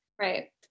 Right